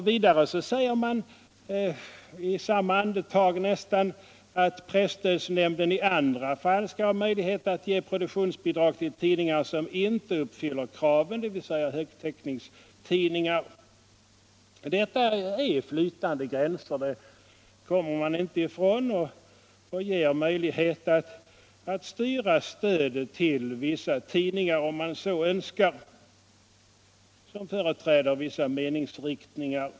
Vidare sägs i nästan samma andetag att presstödsnämnden i andra fall skall ha möjlighet att ge produktionsbidrag till tidningar som inte uppfyller kraven, dvs. högtäckningstidningar. Man kommer inte ifrån att det är flytande gränser som ger möjlighet att, om man så önskar, styra stödet till tidningar som företräder vissa meningsriktningar.